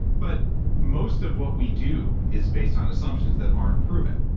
but most of what we do is based on assumptions that aren't proven.